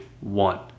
one